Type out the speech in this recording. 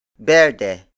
BERDE